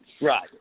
Right